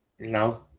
No